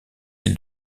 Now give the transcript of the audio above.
îles